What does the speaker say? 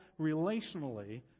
relationally